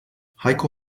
heiko